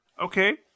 Okay